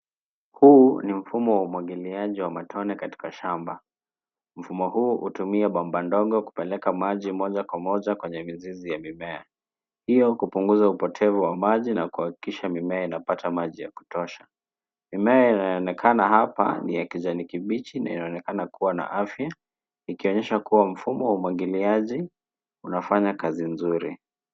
Huu ni mfumo wa umwagiliaji wa matone katika shamba. Mfumo huu hutumia bomba ndogo kupeleka maji moja kwa moja kwenye mizizi ya mimea. Hio kupunguza upotevu wa maji na kuhakikisha mimea inapata maji ya kutosha. Mimea inayoonekana hapa ni ya kijani kibichi na inaonekana kuwa na afya, ikionyesha kuwa mfumo wa umwagiliaji unafanya kazi nzuri.